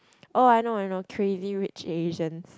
oh I know I know Crazy-Rich-Asians